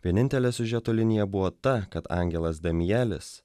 vienintelė siužeto linija buvo ta kad angelas damielis